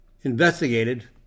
investigated